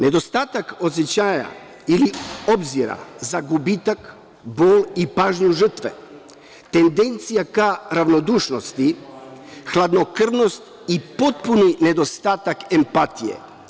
Nedostatak osećanja ili obzira za gubitak, bol i pažnju žrtve, tendencija ka ravnodušnosti, hladnokrvnost i potpuni nedostatak empatije.